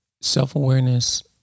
self-awareness